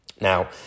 Now